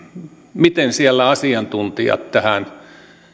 miten siellä asiantuntijat tähän